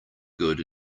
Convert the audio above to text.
good